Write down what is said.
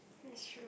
that's true